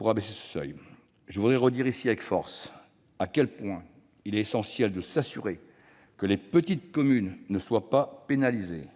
à quinze agents. Je voudrais redire ici avec force à quel point il est essentiel de s'assurer que les petites communes ne sont pas pénalisées.